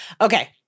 Okay